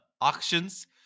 auctions